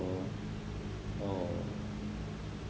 or